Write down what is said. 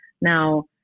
Now